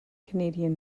canadian